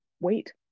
wait